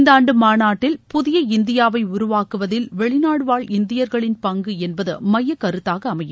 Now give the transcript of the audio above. இந்தாண்டு மாநாட்டில் புதிய இந்தியாவை உருவாக்குவதில் வெளிநாடு வாழ் இந்தியர்களின் பங்கு என்பது மையக் கருத்தாக அமையும்